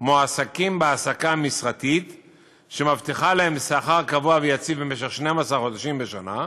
מועסקים בהעסקה משרתית שמבטיחה להם שכר קבוע ויציב במשך 12 חודשים בשנה,